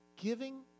Giving